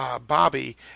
Bobby